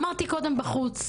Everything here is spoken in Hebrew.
אמרתי קודם בחוץ,